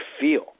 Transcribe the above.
feel